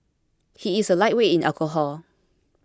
he is a lightweight in alcohol